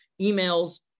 emails